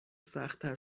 سختتر